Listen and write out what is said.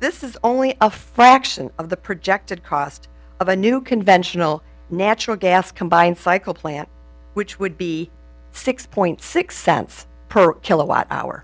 this is only a fraction of the projected cost of a new conventional natural gas combined cycle plant which would be six point six cents per kilowatt hour